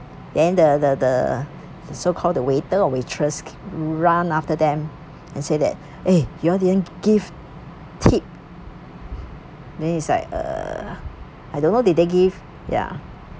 then the the the so called the waiter or waitress ran after them and said that eh you all didn't give tips then is like uh I don't know did they give ya mm